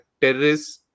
terrorists